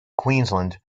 queensland